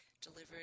delivered